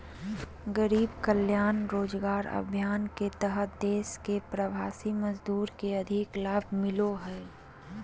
गरीब कल्याण रोजगार अभियान के तहत देश के प्रवासी मजदूर के अधिक लाभ मिलो हय